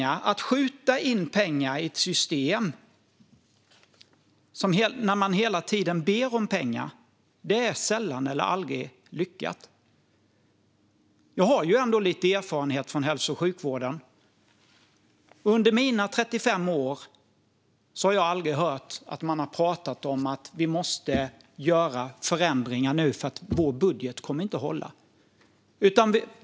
Att skjuta in pengar i ett system där man hela tiden ber om pengar är sällan eller aldrig lyckat. Jag har ändå lite erfarenhet från hälso och sjukvården. Under mina 35 år har jag aldrig hört att man har talat om: Vi måste göra förändringar nu, för vår budget kommer inte att hålla.